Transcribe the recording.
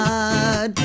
God